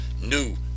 new